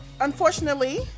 Unfortunately